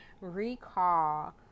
Recall